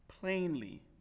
plainly